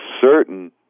certain